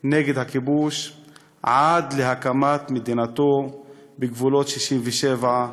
נגד הכיבוש עד להקמת מדינתו בגבולות 67',